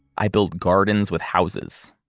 i build gardens with houses.